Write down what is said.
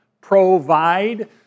Provide